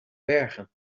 bergen